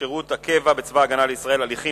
שירות הקבע בצבא-הגנה לישראל (הליכים